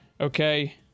Okay